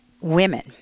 women